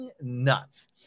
nuts